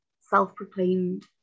self-proclaimed